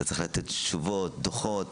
אתה צריך לתת תשובות, דוחות.